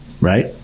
right